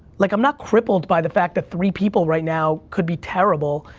like, i'm not crippled by the fact that three people right now could be terrible,